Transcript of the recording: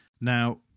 Now